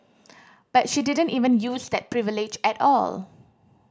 but she didn't even use that privilege at all